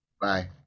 bye